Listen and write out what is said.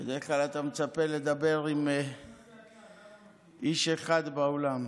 בדרך כלל אתה מצפה לדבר עם איש אחד באולם.